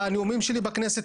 הנאומים שלי בכנסת,